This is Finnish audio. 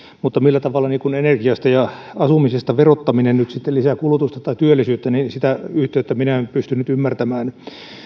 niin millä tavalla energiasta ja asumisesta verottaminen nyt sitten lisää kulutusta tai työllisyyttä sitä yhteyttä minä en pysty nyt ymmärtämään